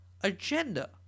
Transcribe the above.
agenda